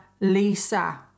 Lisa